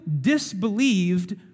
disbelieved